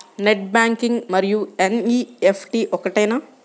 Net banking మరియు NEFT ఒకటేనా?